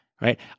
right